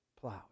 plowed